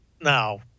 No